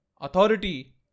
authority